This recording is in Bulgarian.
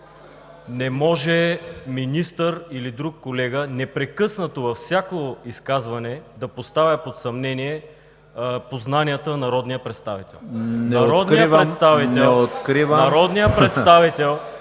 Не може министър или друг колега непрекъснато във всяко изказване да поставя под съмнение познанията на народния представител.(Ръкопляскания от